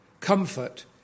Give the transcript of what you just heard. comfort